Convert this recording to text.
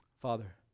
Father